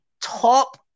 top